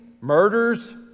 murders